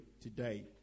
today